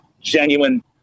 genuine